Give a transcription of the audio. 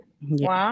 Wow